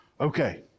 Okay